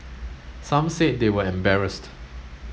some said they were embarrassed